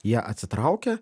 jie atsitraukia